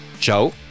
Ciao